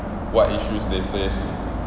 what issues they face